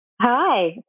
Hi